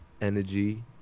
energy